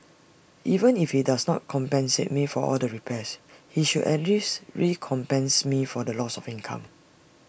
even if he does not compensate me for all the repairs he should at least recompense me for loss of income